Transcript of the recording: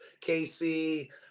Casey